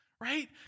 right